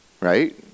right